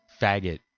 faggot